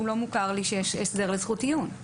לא מוכר לי שיש הסדר לזכות עיון.